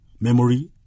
memory